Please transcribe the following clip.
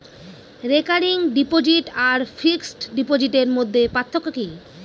Recurring deposit আর fixed ডিপোজিটের মধ্যে পার্থক্য কি?